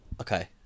Okay